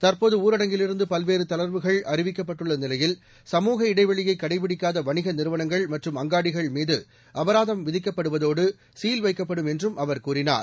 தற்போது ஊரடங்கிலிருந்து பல்வேறு தளர்வுகள் அறிவிக்கப்பட்டுள்ள நிலையில் சமூக இடைவெளியை கடைபிடிக்காத வணிக நிறுவனங்கள் மற்றும் அங்காடிகள் மீது அபராதம் விதிக்கப்படுவதோடு சீல் வைக்கப்படும் என்றும் அவர் கூறினார்